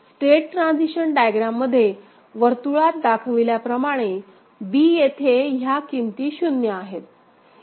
state transition डायग्राममध्ये वर्तुळात दाखविल्याप्रमाणे b येथे ह्या किंमती 0 आहेत